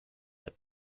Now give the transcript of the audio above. der